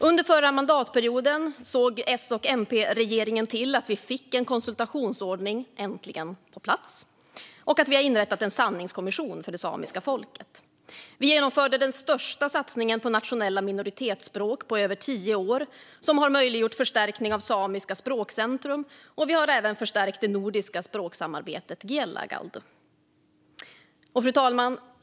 Under förra mandatperioden såg S och MP-regeringen till att vi äntligen fick en konsultationsordning på plats och att en sanningskommission för det samiska folket inrättades. Vi genomförde den största satsningen på nationella minoritetsspråk på över tio år, vilket har möjliggjort förstärkning av samiska språkcentrum, och vi har även förstärkt det nordiska språksamarbetet Giellagáldu. Fru talman!